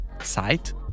site